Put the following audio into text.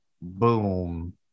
Boom